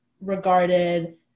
regarded